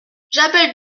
j’appelle